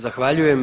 Zahvaljujem.